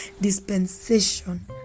dispensation